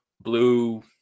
blue